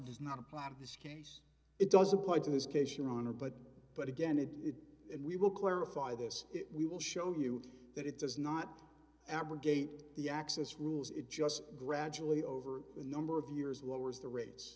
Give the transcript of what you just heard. does not apply in this case it does apply to this case your honor but but again it is and we will clarify this we will show you that it does not abrogate the access rules it just gradually over a number of years lowers the r